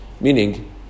Meaning